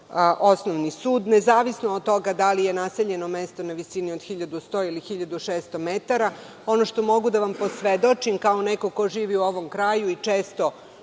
osnovni sud, nezavisno od toga da li je naseljeno mesto na visini od 1.100 ili 1.600 metara. Ono što mogu da vam posvedočim kao neko ko živi u ovom kraju i često